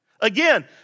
Again